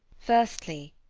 firstly.